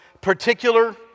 particular